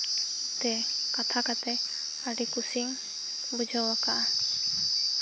ᱛᱮ ᱠᱟᱛᱷᱟ ᱠᱟᱛᱮ ᱟᱹᱰᱤ ᱠᱩᱥᱤᱧ ᱵᱩᱡᱷᱟᱹᱣ ᱟᱠᱟᱜᱼᱟ